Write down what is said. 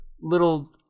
little